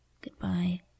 Goodbye